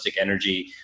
energy